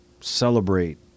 celebrate